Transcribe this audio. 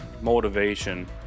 motivation